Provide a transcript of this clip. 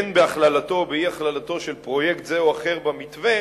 אין בהכללתו או באי-הכללתו של פרויקט זה או אחר במתווה